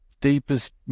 deepest